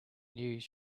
news